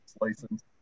license